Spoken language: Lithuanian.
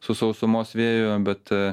su sausumos vėju bet